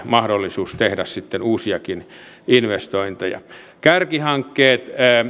mahdollisuus tehdä uusiakin investointeja kärkihankkeet